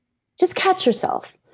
just catch yourself.